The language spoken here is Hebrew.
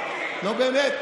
מיקי, אתם לא ימין.